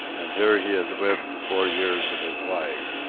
and here he had lived the four years of his life.